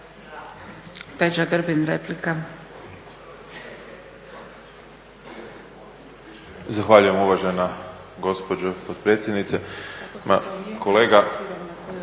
Peđa (SDP)** Zahvaljujem uvažena gospođo potpredsjednice. Kolega,